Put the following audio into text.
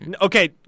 Okay